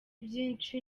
byinshi